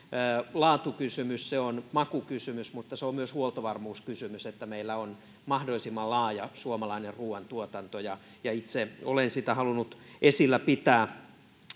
laatukysymys se on makukysymys mutta se on myös huoltovarmuuskysymys että meillä on mahdollisimman laaja suomalainen ruuantuotanto itse olen sitä halunnut esillä pitää